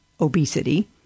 obesity